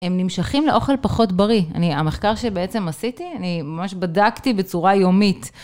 הם נמשכים לאוכל פחות בריא, המחקר שבעצם עשיתי, אני ממש בדקתי בצורה יומית.